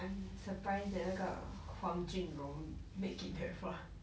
I'm surprised that 那个 huang jin rong make it that far